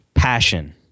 passion